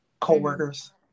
co-workers